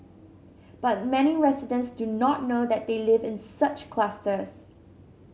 but many residents do not know that they live in such clusters